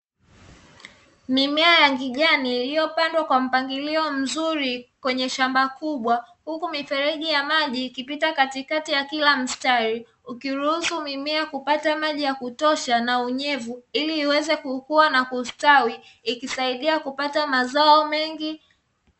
Mimea ya kijani iliyopandwa kwa mpangilio mzuri kwenye shamba kubwa, huku mifereji ya maji ikipita katikati ya kila mstari, ukiruhusu mimea kupata maji ya kutosha na unyevu ili iweze kukua na kustawi ikisaidia kupata mazao mengi.